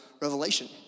Revelation